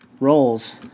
rolls